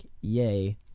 yay